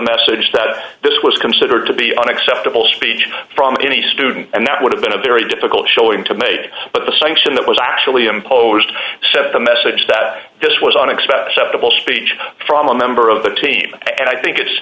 message that this was considered to be unacceptable speech from any student and that would have been a very difficult showing to make but the sanction that was actually imposed said the message that this was unexpected up of all speech from a member of the team and i think it's